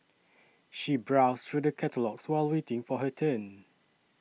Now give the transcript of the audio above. she browsed through the catalogues while waiting for her turn